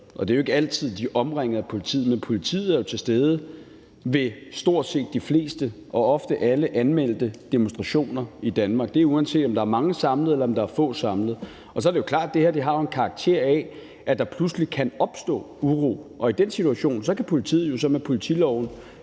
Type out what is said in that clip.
ikke altid, de er omringet af politiet, men politiet er jo til stede ved stort set de fleste og ofte alle anmeldte demonstrationer i Danmark. Det er, uanset om der er mange samlet, eller om der er få samlet. Så er det jo klart, at det her har en sådan karakter, at der pludselig kan opstå uro, og i den situation kan politiet med politiloven